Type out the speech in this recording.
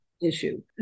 issue